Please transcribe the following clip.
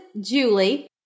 Julie